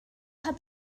heb